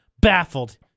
baffled